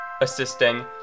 assisting